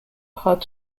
part